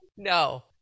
No